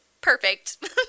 perfect